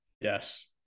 Yes